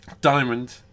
Diamond